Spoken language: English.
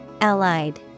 Allied